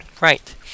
Right